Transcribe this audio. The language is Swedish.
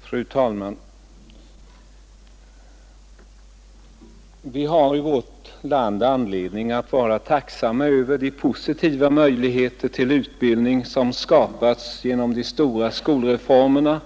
Fru talman! Vi har i vårt land anledning att vara tacksamma över de positiva möjligheter till utbildning som skapats genom de stora skolreformerna,